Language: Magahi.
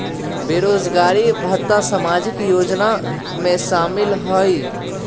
बेरोजगारी भत्ता सामाजिक योजना में शामिल ह ई?